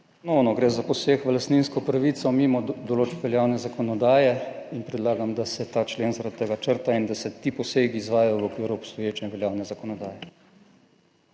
Ponovno gre za poseg v lastninsko pravico mimo določb veljavne zakonodaje in predlagam, da se ta člen zaradi tega črta in da se ti posegi izvajajo v okviru obstoječe veljavne zakonodaje.